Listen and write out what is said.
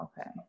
Okay